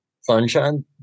Sunshine